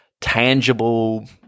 tangible